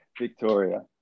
Victoria